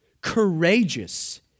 courageous